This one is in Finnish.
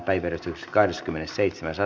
asian käsittely päättyi